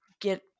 get